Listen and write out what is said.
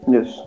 Yes